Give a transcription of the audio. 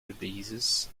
releases